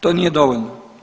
To nije dovoljno.